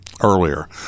earlier